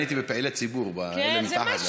אני הייתי בפעילי ציבור, באלה שמתחת לך.